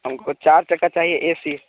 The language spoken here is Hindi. हमको चार चक्का चाहिए ए सी